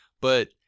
but-